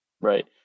Right